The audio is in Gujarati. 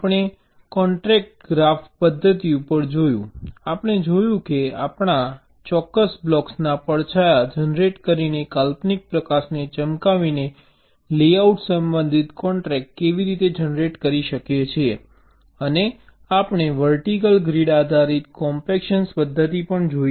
આપણે કોન્સ્ટ્રેન્ટ ગ્રાફ પદ્ધતિ ઉપર જોયું આપણે જોયું કે આપણે ચોક્કસ બ્લોક્સના પડછાયા જનરેટ કરીને કાલ્પનિક પ્રકાશને ચમકાવીને લેઆઉટ સંબંધિત કોન્સ્ટ્રેન્ટ કેવી રીતે જનરેટ કરી શકીએ છીએ અને આપણે વર્ટિકલ ગ્રીડ આધારિત કોમ્પેક્શન પદ્ધતિ પણ જોઈ